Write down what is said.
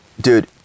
dude